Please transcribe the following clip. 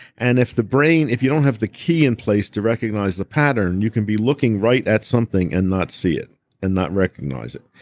and if the brain, if you don't have the key in place to recognize the pattern, you can be looking right at something and not see it and not recognize it.